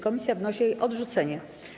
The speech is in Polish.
Komisja wnosi o jej odrzucenie.